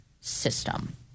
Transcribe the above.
system